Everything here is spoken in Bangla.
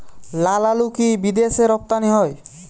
লালআলু কি বিদেশে রপ্তানি হয়?